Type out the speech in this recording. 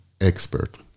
expert